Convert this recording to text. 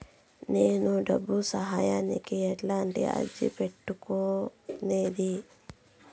నేను డబ్బు సహాయానికి ఎట్లా అర్జీ పెట్టుకునేది?